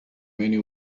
many